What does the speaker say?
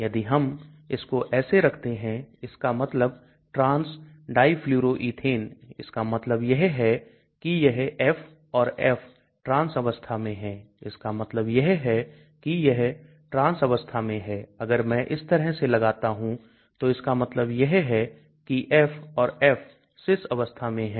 यदि हम इसको ऐसे रखते हैं इसका मतलब trans difluroethene इसका मतलब यह है कि यह F और F trans अवस्था में है इसका मतलब यह है कि यह trans अवस्था में है अगर मैं इस तरह से लगाता हूं तो इसका मतलब यह है कि F और F cis अवस्था में है